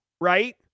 right